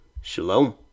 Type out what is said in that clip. shalom